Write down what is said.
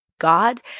God